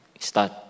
Start